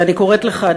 ואני קוראת לך,